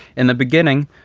in the beginning,